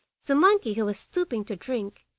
the monkey, who was stooping to drink,